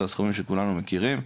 זה הסכומים שכולנו מכירים,